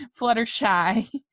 Fluttershy